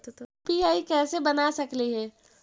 UPI कैसे बना सकली हे?